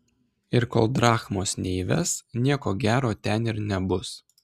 ir kol drachmos neįves nieko gero ten ir nebus